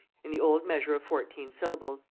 in the old measure of fourteen syllables.